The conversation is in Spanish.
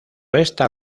esta